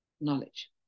Knowledge